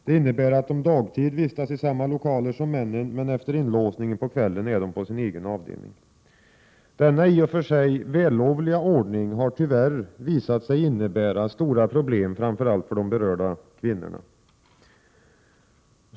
Det innebär att de dagtid vistas i samma lokaler som männen, men efter inlåsningen på kvällen är de på sin egen avdelning. Denna i och för sig vällovliga ordning har tyvärr visat sig innebära stora problem framför allt för de berörda kvinnorna.